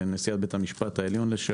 שר החקלאות ופיתוח הכפר